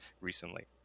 recently